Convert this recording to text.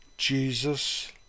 Jesus